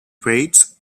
weights